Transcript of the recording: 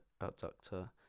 abductor